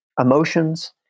emotions